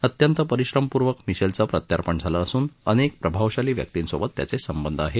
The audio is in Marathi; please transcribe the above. अत्यंत परिश्रमपूर्वक मिशेलचं प्रत्यपण झालं असून अनेक प्रभावशाली व्यक्तींसोबत त्याचे संबंध आहेत